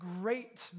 great